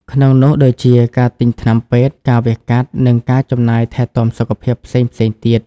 ក្នុងនោះដូចជា ការទិញថ្នាំពេទ្យ ការវះកាត់ និងការចំណាយថែទាំសុខភាពផ្សេងៗទៀត។